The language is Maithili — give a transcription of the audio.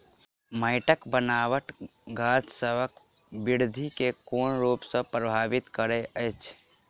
माइटक बनाबट गाछसबक बिरधि केँ कोन रूप सँ परभाबित करइत अछि?